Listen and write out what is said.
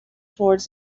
toward